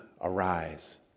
arise